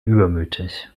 übermütig